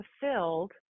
fulfilled